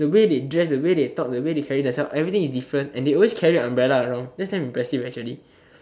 the way they dress the way they talk the way they carry themselves everything is different and they always carry an umbrella around that's damn impressive actually